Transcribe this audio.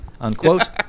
unquote